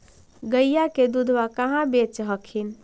गईया के दूधबा कहा बेच हखिन?